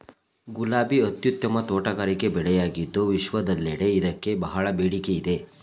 ಗುಲಾಬಿ ಅತ್ಯುತ್ತಮ ತೋಟಗಾರಿಕೆ ಬೆಳೆಯಾಗಿದ್ದು ವಿಶ್ವದೆಲ್ಲೆಡೆ ಇದಕ್ಕೆ ಬಹಳ ಬೇಡಿಕೆ ಇದೆ